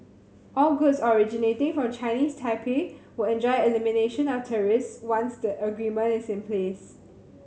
all goods originating from Chinese Taipei will enjoy elimination of tariffs once the agreement is in place